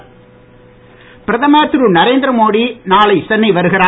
மோடி சென்னை பிரதமர் திரு நரேந்திரமோடி நாளை சென்னை வருகிறார்